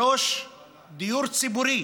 3. דיור ציבורי